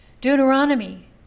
Deuteronomy